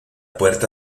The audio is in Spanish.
puerta